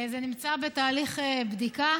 זה נמצא בתהליך בדיקה.